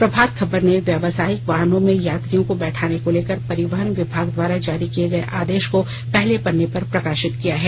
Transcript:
प्रभात खबर ने व्यवसायिक वाहनों में यात्रियों के बैठाने को लेकर परिवहन विभाग द्वारा जारी किए गए आदेश को पहले पन्ने पर प्रकाशित किया है